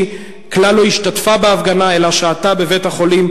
כלל לא השתתפה בהפגנה אלא שהתה בבית-החולים,